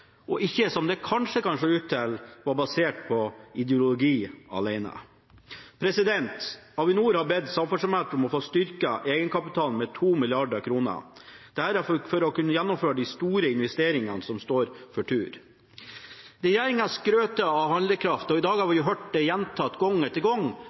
ikke – som det kanskje kan se ut til – være basert på ideologi alene. Avinor har bedt Samferdselsdepartementet om å få styrke egenkapitalen med 2 mrd. kr, dette for å kunne gjennomføre de store investeringene som står for tur. Regjeringen skryter av handlekraft. I dag har vi hørt det gjentatt gang etter gang: